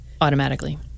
automatically